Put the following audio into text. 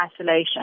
isolation